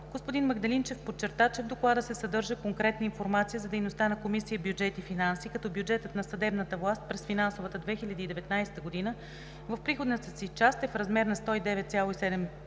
господин Магдалинчев подчерта, че в Доклада се съдържа конкретна информация за дейността на Комисия „Бюджет и финанси“, като бюджетът на съдебната власт през финансовата 2019 г. в приходната си част е в размер на 109,7